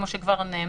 כמו שכבר נאמר,